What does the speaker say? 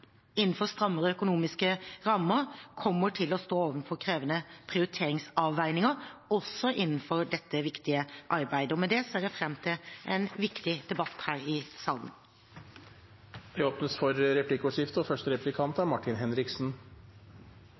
innenfor strammere økonomiske rammer kommer til å stå overfor krevende prioriteringsavveininger også innenfor dette viktige arbeidet. Med det ser jeg fram til en viktig debatt her i salen. Det blir replikkordskifte.